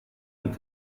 und